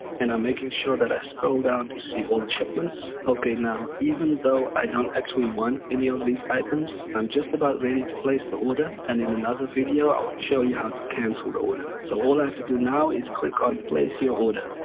and i'm making sure that i scroll down to see all the shipments ok now even though i don't actually want any of these items i'm just about ready to place the order and in another video i'll show you how to cancel the order so all i have to do now is click on place your order,